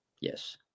Yes